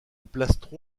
plastron